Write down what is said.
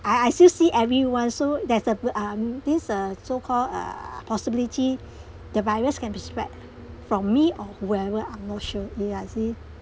I I still see everyone so there's a pl~ um this uh so call uh possibility the virus can be spread from me or whoever I'm not sure ya you see